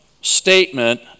statement